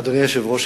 אדוני היושב-ראש,